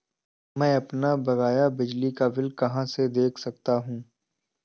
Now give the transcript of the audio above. मैं अपना बकाया बिजली का बिल कहाँ से देख सकता हूँ?